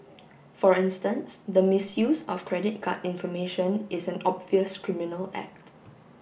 for instance the misuse of credit card information is an obvious criminal act